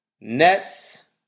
Nets